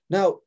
Now